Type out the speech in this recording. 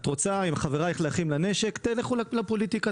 ביחד עם חברייך ל"אחים לנשק" תלכו לפוליטיקה,